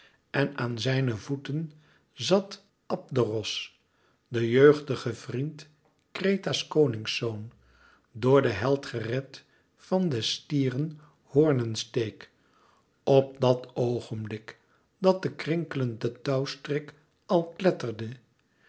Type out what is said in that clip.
en aan zijne voeten zat abderos de jeugdige vriend kreta's koningszoon door den held gered van des stieren hoornensteek op dat oogenblik dat de krinkelende touwstrik al